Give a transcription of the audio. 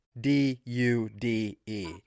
D-U-D-E